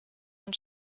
man